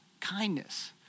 kindness